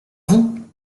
vous